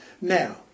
Now